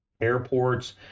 airports